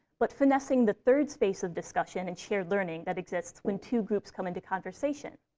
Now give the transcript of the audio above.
but finessing the third space of discussion and shared learning that exists when two groups come into conversation.